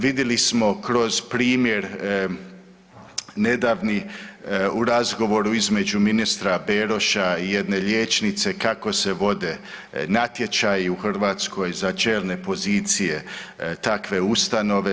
Vidjeli smo kroz primjer nedavni u razgovoru između ministra Beroša i jedne liječnice kako se vode natječaji u Hrvatskoj za čelne pozicije takve ustanove.